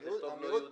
צריך לכתוב לא יהודי?